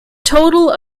total